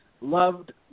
loved